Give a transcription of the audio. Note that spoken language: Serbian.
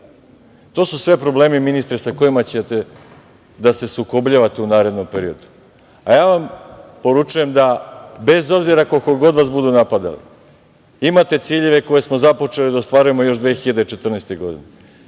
su sve problemi, ministre, sa kojima ćete da se sukobljavate u narednom periodu. Ja vam poručujem da, bez obzira, koliko god vas budu napadali, imate ciljeve koje smo započeli da ostvarujemo još 2014. godine,